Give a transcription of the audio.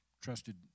trusted